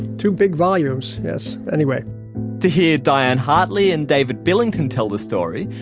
two big volumes, yes anyway to hear diane hartley and david billington tell the story,